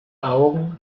augen